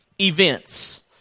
events